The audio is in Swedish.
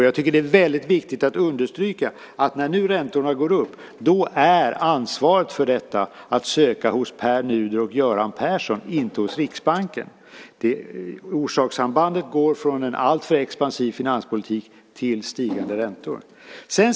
Jag tycker att det är väldigt viktigt att understryka att när räntorna nu går upp är ansvaret för detta att söka hos Pär Nuder och Göran Persson, inte hos Riksbanken. Orsakssambandet går från en alltför expansiv finanspolitik till stigande räntor.